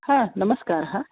हा नमस्कारः